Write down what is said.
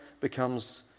becomes